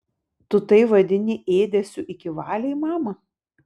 tu tai vadini ėdesiu iki valiai mama